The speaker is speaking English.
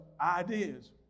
ideas